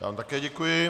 Já vám také děkuji.